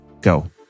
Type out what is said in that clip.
go